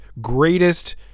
greatest